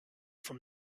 from